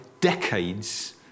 decades